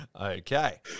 Okay